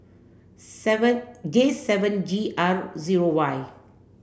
seven J seven G R zero Y